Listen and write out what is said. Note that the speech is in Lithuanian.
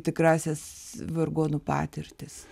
tikrąsias vargonų patirtis